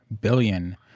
billion